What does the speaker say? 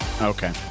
Okay